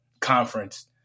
conference